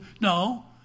No